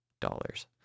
dollars